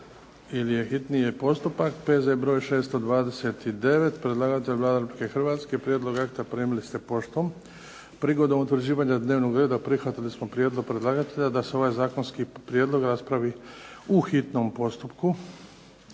Hrvatske. Prijedlog akta primili ste poštom. Prigodom utvrđivanja dnevnog reda prihvatili smo prijedlog predlagatelja da se ovaj zakonski prijedlog raspravi u hitnom postupku.